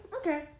Okay